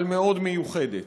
אבל מאוד מיוחדת: